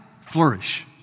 flourish